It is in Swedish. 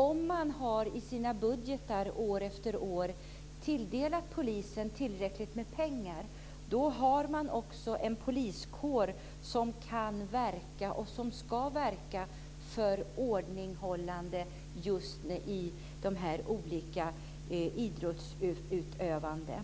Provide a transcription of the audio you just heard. Om man i sina budgetar år efter år har tilldelat polisen tillräckligt med pengar har man också en poliskår som kan och ska verka för ordninghållande vid de olika idrottsevenemangen.